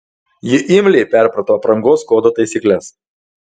ji imliai perprato aprangos kodo taisykles